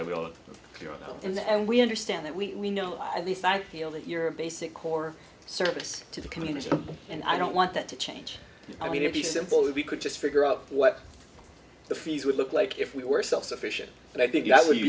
that we all in the end we understand that we know at least i feel that you're a basic core service to the community and i don't want that to change i mean to be simple we could just figure out what the fees would look like if we were self sufficient and i think that would